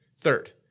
Third